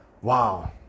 Wow